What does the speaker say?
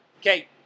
Okay